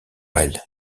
elle